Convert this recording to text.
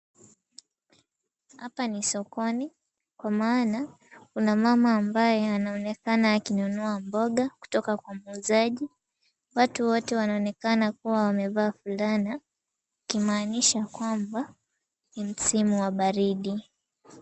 Hapa ni sokoni kwa maana kuna mama ambaye anaonekana akinunua mboga kutoka kwa muuzaji, watu wote wanaonekana kuvaa fulana kumanisha kwamba ni msimu wa baridi.